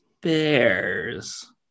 bears